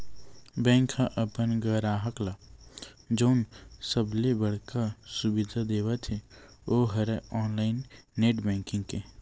bank ह अपन गराहक ल जउन सबले बड़का सुबिधा देवत हे ओ हरय ऑनलाईन नेट बेंकिंग के